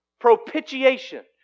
Propitiation